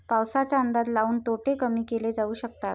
पाऊसाचा अंदाज लाऊन तोटे कमी केले जाऊ शकतात